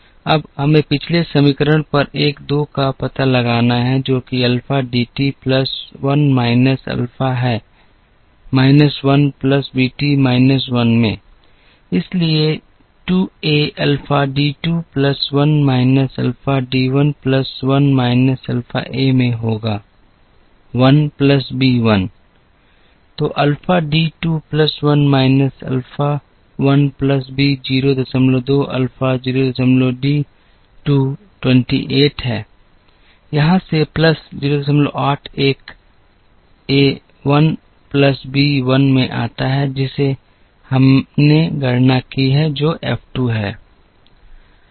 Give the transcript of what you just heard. अब हमें अपने पिछले समीकरण पर एक 2 का पता लगाना है जो कि alpha D t plus 1 minus alpha है माइनस 1 प्लस bt माइनस 1 में इसलिए 2 a alpha D 2 plus 1 minus alpha D 1 plus 1 minus alpha a में होगा 1 प्लस बी 1 तो alpha D 2 plus 1 minus alpha 1 plus B 02 alpha 02 D 2 28 है यहाँ से plus 08 एक 1 प्लस बी 1 में आता है जिसे हमने गणना की है जो एफ 2 है